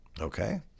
Okay